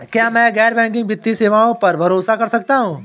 क्या मैं गैर बैंकिंग वित्तीय सेवाओं पर भरोसा कर सकता हूं?